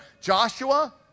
Joshua